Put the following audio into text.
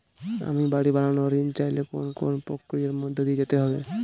আমি বাড়ি বানানোর ঋণ চাইলে কোন কোন প্রক্রিয়ার মধ্যে দিয়ে যেতে হবে?